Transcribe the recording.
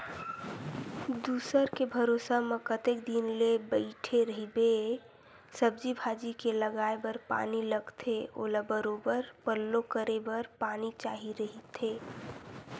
दूसर के भरोसा म कतेक दिन ले बइठे रहिबे, सब्जी भाजी के लगाये बर पानी लगथे ओला बरोबर पल्लो करे बर पानी चाही रहिथे